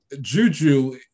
Juju